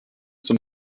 zum